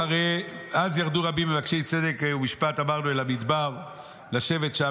"אז ירדו רבים מבקשי צדק ומשפט אל המדבר לשבת שם.